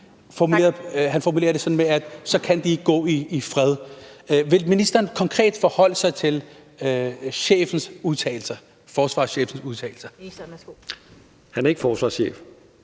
Han formulerer det sådan: Så kan de ikke gå i fred. Vil ministeren konkret forholde sig til forsvarschefens udtalelser? Kl. 17:08 Den